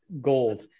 gold